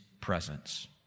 presence